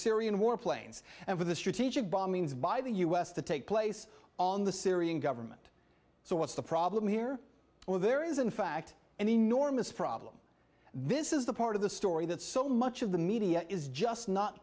syrian warplanes and for the strategic bombings by the u s to take place on the syrian government so what's the problem here or there is in fact an enormous problem this is the part of the story that so much of the media is just not